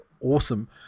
awesome